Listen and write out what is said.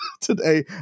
today